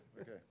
Okay